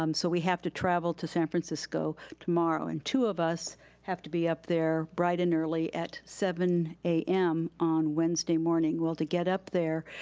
um so we have to travel to san francisco tomorrow, and two of us have to be up there bright and early at seven zero a m. on wednesday morning. well, to get up there,